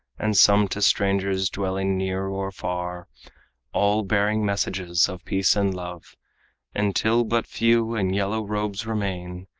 and some to strangers dwelling near or far all bearing messages of peace and love until but few in yellow robes remain,